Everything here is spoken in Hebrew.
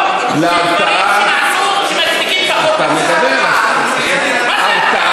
תן דוגמה